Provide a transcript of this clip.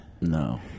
No